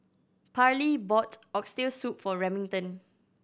Parley bought Oxtail Soup for Remington